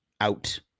out